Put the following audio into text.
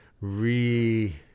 re